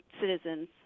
citizens –